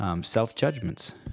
self-judgments